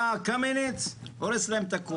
בא קמיניץ והורס להם את הכל.